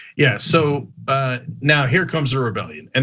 yes, so now here comes a rebellion. and